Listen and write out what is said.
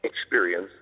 experience